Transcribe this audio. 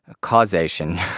causation